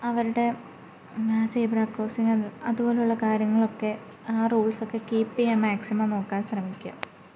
അവരുടെ സീബ്ര ക്രോസ്സിങ്ങും അതുപോലുള്ള കാര്യങ്ങളൊക്കെ ആ റൂൾസ്സൊക്കെ കീപ്പ് ചെയ്യാൻ മാക്സിമം നോക്കാൻ ശ്രമിക്കുക